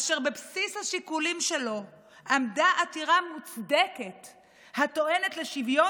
אשר בבסיס השיקולים שלו עמדה עתירה מוצדקת הטוענת לשוויון